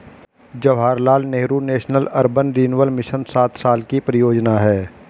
Jawaharlal Nehru National Urban Renewal Mission सात साल की परियोजना है